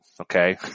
okay